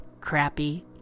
crappy